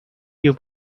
you